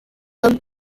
comme